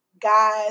guys